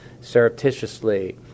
surreptitiously